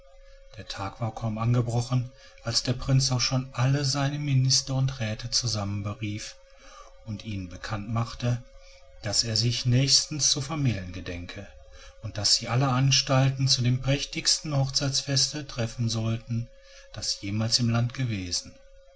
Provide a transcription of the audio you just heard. der tag war kaum angebrochen als der prinz auch schon alle seine minister und räte zusammenberief und ihnen bekannt machte daß er sich nächstens zu vermählen gedenke und daß sie alle anstalten zu dem prächtigsten hochzeitsfeste treffen sollten das jemals im land gewesen